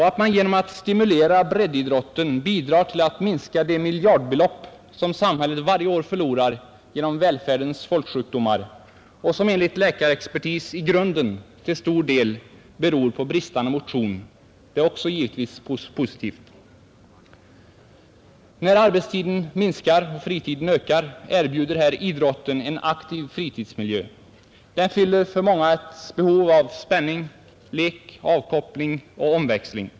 Att man genom att stimulera breddidrotten bidrar till att minska de miljardbelopp samhället varje år förlorar genom välfärdens folksjukdomar och som enligt läkarexpertis i grunden till stor del beror på bristande motion är givetvis också positivt. När arbetstiden minskar och fritiden ökar, erbjuder idrotten en aktiv fritidsmiljö. Den fyller för många ett behov av spänning, lek, avkoppling och omväxling.